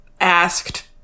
asked